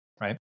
right